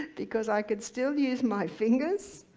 because i could still use my fingers,